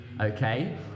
Okay